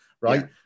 right